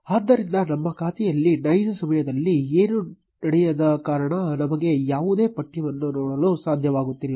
ಆದ್ದರಿಂದ ನಮ್ಮ ಖಾತೆಯಲ್ಲಿ ನೈಜ ಸಮಯದಲ್ಲಿ ಏನೂ ನಡೆಯದ ಕಾರಣ ನಮಗೆ ಯಾವುದೇ ಪಠ್ಯವನ್ನು ನೋಡಲು ಸಾಧ್ಯವಾಗುತ್ತಿಲ್ಲ